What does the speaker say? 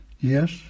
Yes